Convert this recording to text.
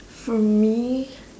for me